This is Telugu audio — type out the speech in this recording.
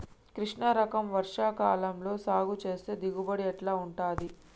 కృష్ణ రకం వర్ష కాలం లో సాగు చేస్తే దిగుబడి ఎట్లా ఉంటది?